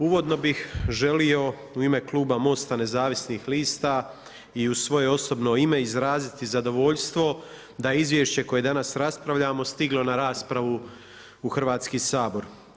Uvodno bih želio u ime kluba MOST-a nezavisnih lista i u svoje osobno ime izraziti zadovoljstvo da je izvješće koje danas raspravljamo stiglo na raspravu u Hrvatski sabor.